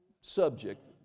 subject